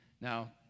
Now